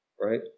Right